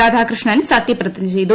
രാധാകൃഷ്ണൻ സത്യപ്രതിജ്ഞ ചെയ്തു